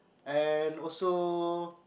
and also